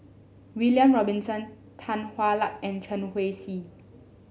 William Robinson Tan Hwa Luck and Chen Wen Hsi